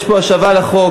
יש פה השבה על החוק,